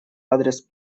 адрес